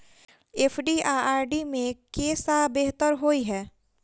FD आ RD मे केँ सा बेहतर होइ है?